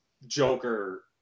Joker